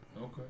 Okay